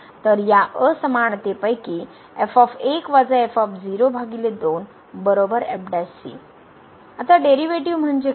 तर या असमानतेपैकी 1 आता डेरीवेटीव म्हणजे काय